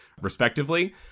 respectively